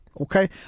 Okay